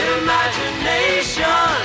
imagination